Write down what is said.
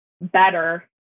better